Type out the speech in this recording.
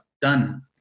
done